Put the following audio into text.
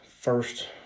first